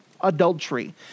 adultery